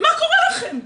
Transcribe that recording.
מה קורה לכם?